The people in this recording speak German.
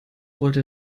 wollte